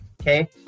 okay